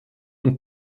und